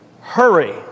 Hurry